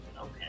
Okay